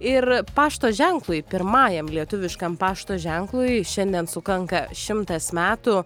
ir pašto ženklui pirmajam lietuviškam pašto ženklui šiandien sukanka šimtas metų